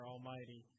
Almighty